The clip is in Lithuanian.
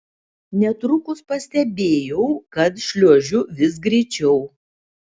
netrukus pastebėjau kad šliuožiu vis greičiau